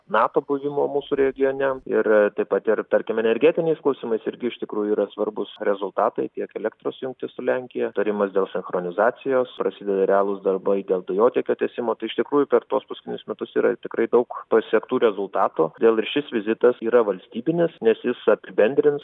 nato buvimo mūsų regione ir taip pat ir tarkime energetiniais klausimais irgi iš tikrųjų yra svarbūs rezultatai tiek elektros jungtis su lenkija tarimas dėl sinchronizacijos prasideda realūs darbai dėl dujotiekio tiesimo tai iš tikrųjų per tuos paskutinius metus yra tikrai daug pasiektų rezultatų todėl ir šis vizitas yra valstybinis nes jis apibendrins